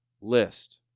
list